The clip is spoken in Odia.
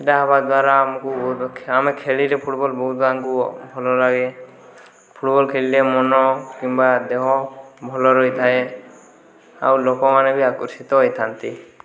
ଏଇଟା ହେବା ଦ୍ୱାରା ଆମକୁ ଆମେ ଖେଳିଲେ ଫୁଟବଲ ବହୁତ ତାଙ୍କୁ ଭଲ ଲାଗେ ଫୁଟବଲ ଖେଳିଲେ ମନ କିମ୍ବା ଦେହ ଭଲ ରହିଥାଏ ଆଉ ଲୋକମାନେବି ଆକର୍ଷିତ ହୋଇଥାନ୍ତି